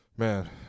Man